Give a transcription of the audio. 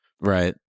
right